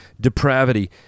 depravity